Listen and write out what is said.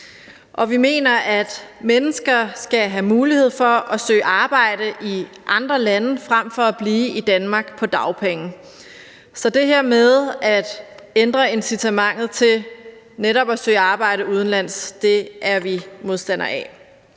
vi mener, at mennesker skal have mulighed for at søge arbejde i andre lande frem for at blive i Danmark på dagpenge. Så det her med at ændre incitamentet til netop at søge arbejde udenlands er vi modstandere af,